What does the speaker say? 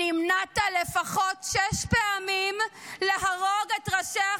נמנעת לפחות שש פעמים מלהרוג את ראשי החמאס,